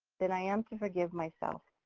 then i am to forgive myself.